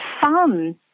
fun